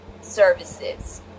services